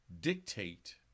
dictate